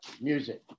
music